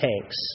tanks